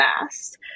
fast